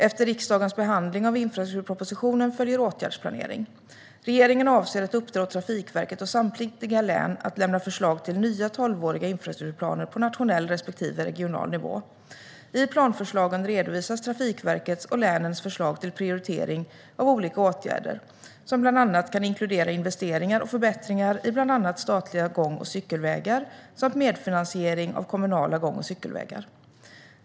Efter riksdagens behandling av infrastrukturpropositionen följer åtgärdsplanering. Regeringen avser att uppdra åt Trafikverket och samtliga län att lämna förslag till nya tolvåriga infrastrukturplaner på nationell respektive regional nivå. I planförslagen redovisas Trafikverkets och länens förslag till prioritering av olika åtgärder, som bland annat kan inkludera investeringar och förbättringar i bland annat statliga gång och cykelvägar samt medfinansiering av kommunala gång och cykelvägar.